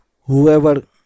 whoever